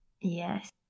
Yes